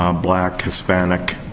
um black, hispanic.